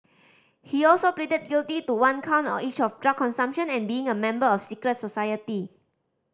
he also pleaded guilty to one count on each of drug consumption and being a member of secret society